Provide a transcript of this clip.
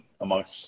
amongst